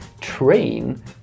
train